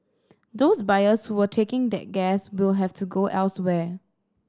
those buyers who were taking that gas will have to go elsewhere